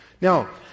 Now